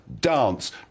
dance